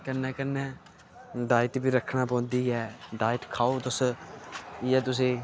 कन्नै कन्नै डाइट बी रक्खना पौंदी ऐ डाइट खाओ तुस इ'यै तुसें